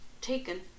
taken